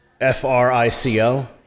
F-R-I-C-O